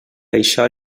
això